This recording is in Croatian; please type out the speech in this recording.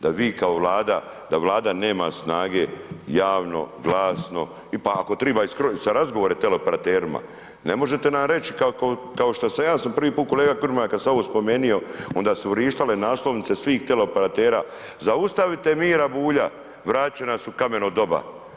Da vi kao vlada, da vlada nema snage, javno glasno, pa ako treba i sa razgovorima sa teleoperaterima, ne možete nam reći, kao što sam ja prvi put kolega Grmoja, kada sam ovo spomenuo, onda su vrištale naslovnice, svih teleoperatera, zaustavite Mira Bulja, vratiti će nas u kameno doba.